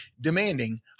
demanding